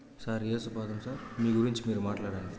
sir Yesu Padam sir మీ గురించి మీరు మాట్లాడండి